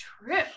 true